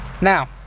Now